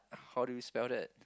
how do you spell that